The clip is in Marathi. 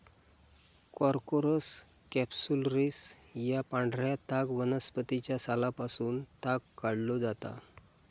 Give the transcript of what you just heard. कॉर्कोरस कॅप्सुलरिस या पांढऱ्या ताग वनस्पतीच्या सालापासून ताग काढलो जाता